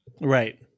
Right